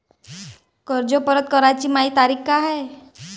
कर्ज परत कराची मायी तारीख का हाय?